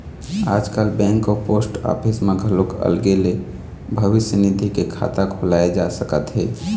आजकाल बेंक अउ post office म घलोक अलगे ले भविस्य निधि के खाता खोलाए जा सकत हे